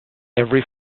every